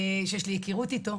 שיש לי הכרות איתו,